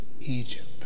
Egypt